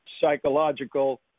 psychological